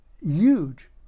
huge